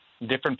different